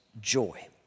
joy